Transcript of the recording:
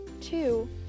Two